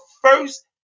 first